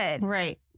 right